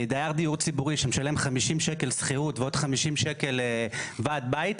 דייר דיור ציבורי שמשלם 50 שקל שכירות ועוד 50 שקל ועד בית,